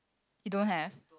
you don't have